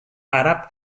àrab